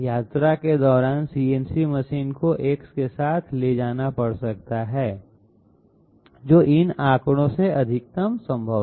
यात्रा के दौरान सीएनसी मशीन को X के साथ ले जाना पड़ सकता है जो इन आंकड़ों से अधिकतम संभव है